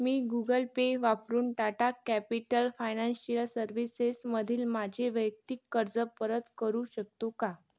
मी Google Pay वापरून Tata Capital financial सर्व्हिसेसमधील माझे वैयक्तिक कर्ज परत करू शकतो का